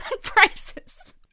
prices